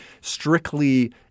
strictly